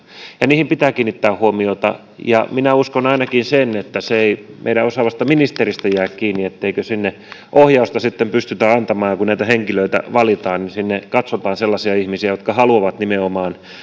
ja niihin pitää kiinnittää huomiota uskon ainakin että se ei meidän osaavasta ministeristämme jää kiinni etteikö sinne ohjausta sitten pystytä antamaan ja kun näitä henkilöitä valitaan niin sinne katsotaan sellaisia ihmisiä jotka haluavat nimenomaan